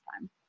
time